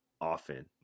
often